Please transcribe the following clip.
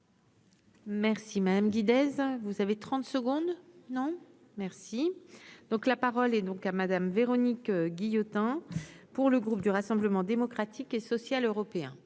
Merci madame guider, hein, vous avez 30 secondes non merci, donc, la parole est donc à Madame Véronique Guillotin, pour le groupe du Rassemblement démocratique et social européen.